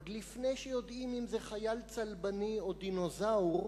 עוד לפני שיודעים אם זה חייל צלבני או דינוזאור,